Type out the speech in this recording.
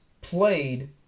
played